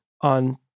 on